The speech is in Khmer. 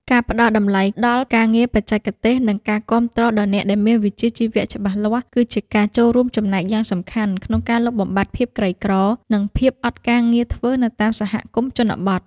ការផ្ដល់តម្លៃដល់ការងារបច្ចេកទេស និងការគាំទ្រដល់អ្នកដែលមានវិជ្ជាជីវៈច្បាស់លាស់ គឺជាការចូលរួមចំណែកយ៉ាងសំខាន់ក្នុងការលុបបំបាត់ភាពក្រីក្រ និងភាពអត់ការងារធ្វើនៅតាមសហគមន៍ជនបទ។